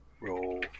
roll